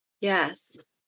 Yes